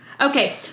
Okay